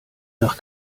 nach